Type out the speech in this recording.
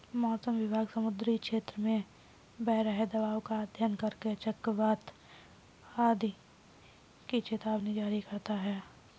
मौसम विभाग समुद्री क्षेत्र में बन रहे दबाव का अध्ययन करके चक्रवात आदि की चेतावनी जारी करता है